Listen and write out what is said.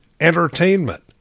entertainment